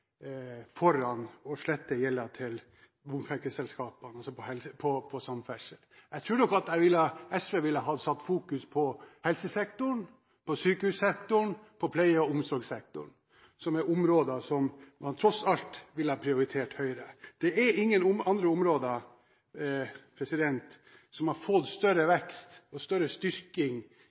foran å slette gjelden til bompengeselskapene. Jeg tror nok at SV ville ha satt fokus på helsesektoren, på sykehussektoren, på pleie- og omsorgssektoren, som er områder som man tross alt ville ha prioritert høyere. Det er ingen andre områder som har fått større vekst og større styrking